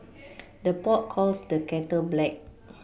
the pot calls the kettle black